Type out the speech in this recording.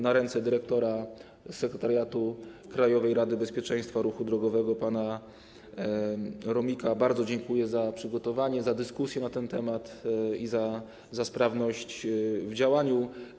Na ręce dyrektora Sekretariatu Krajowej Rady Bezpieczeństwa Ruchu Drogowego pana Romika składam podziękowanie za przygotowanie, za dyskusję na ten temat i za sprawność w działaniu.